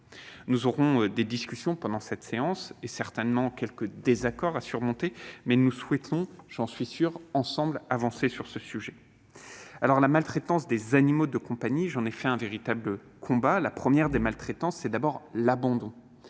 Nous aurons des discussions pendant cette séance, et certainement quelques désaccords à surmonter. Mais nous souhaitons, j'en suis sûr, avancer ensemble sur le sujet. J'ai fait de la maltraitance des animaux de compagnie un véritable combat. La première des maltraitances, c'est d'abord l'abandon.